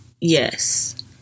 Yes